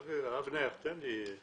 אבנר, תן לי.